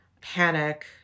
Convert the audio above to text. panic